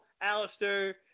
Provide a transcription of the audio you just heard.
Alistair